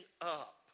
up